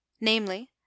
namely